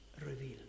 revealed